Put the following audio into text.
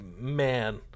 man